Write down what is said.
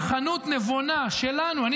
בסוף זו צרכנות נבונה, שלנו.